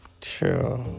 True